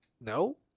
No